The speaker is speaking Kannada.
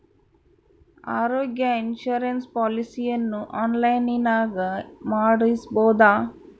ಆರೋಗ್ಯ ಇನ್ಸುರೆನ್ಸ್ ಪಾಲಿಸಿಯನ್ನು ಆನ್ಲೈನಿನಾಗ ಮಾಡಿಸ್ಬೋದ?